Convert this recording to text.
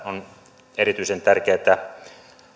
on erityisen tärkeää että